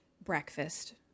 breakfast